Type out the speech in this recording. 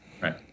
Right